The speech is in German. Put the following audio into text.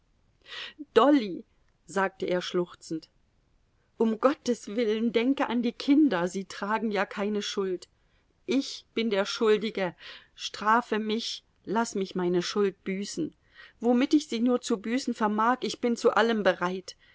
dolly sagte er schluchzend um gottes willen denke an die kinder sie tragen ja keine schuld ich bin der schuldige strafe mich laß mich meine schuld büßen womit ich sie nur zu büßen vermag ich bin zu allem bereit